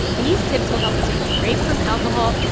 these tips will help you take a break from alcohol,